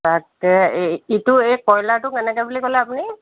তাতে এই ইটো এই কইলাৰটো কেনেকৈ বুলি ক'লে আপুনি